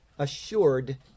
assured